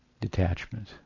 Detachment